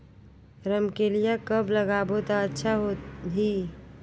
रमकेलिया कब लगाबो ता अच्छा होही?